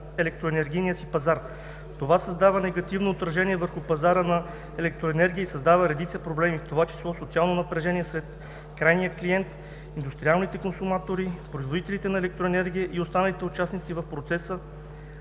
електроенергийния си пазар. Това създава негативно отражение върху пазара на електроенергия и създава редица проблеми, в това число социално напрежение сред крайните клиенти, индустриалните консуматори, производители на електроенергия и останалите участници в процеса